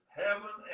heaven